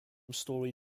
story